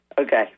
okay